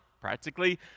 practically